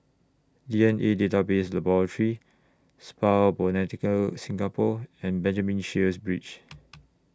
D N A Database Laboratory Spa Botanica Singapore and Benjamin Sheares Bridge